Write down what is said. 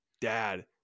dad